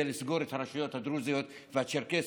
לסגור את הרשויות הדרוזיות והצ'רקסיות.